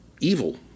evil